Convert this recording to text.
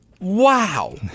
Wow